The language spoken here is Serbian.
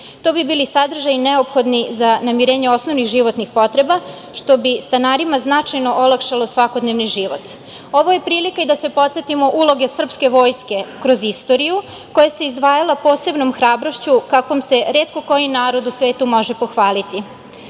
To bi bili sadržaji neophodni za namirenje osnovnih životnih potreba što bi stanarima značajno olakšalo svakodnevni život. Ovo je prilika i da se podsetimo uloge srpske vojske kroz istoriju, koja se izdvajala posebnom hrabrošću, kakvom se retko koji narod u svetu može pohvaliti.